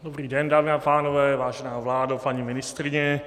Dobrý den, dámy a pánové, vážená vládo, paní ministryně.